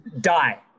die